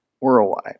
worldwide